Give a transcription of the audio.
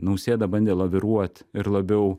nausėda bandė laviruot ir labiau